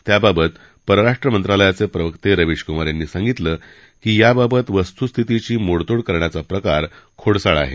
त्याबाबत परराष्ट्र मंत्रालयाचे प्रवक्ते रविश कुमार यांनी सांगितलं की याबाबतीत वस्तूस्थितीची मोडतोड करण्याचा प्रकार खोडसाळ आहे